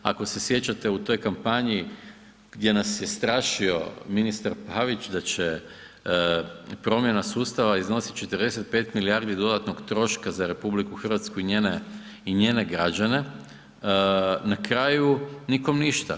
Ako se sjećate u toj kampanji gdje nas je strašio ministar Pavić da će promjena sustava iznositi 45 milijardi dodatnog troška za RH i njene građane na kraju nikome ništa.